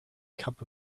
cup